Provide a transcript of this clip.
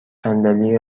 صندلی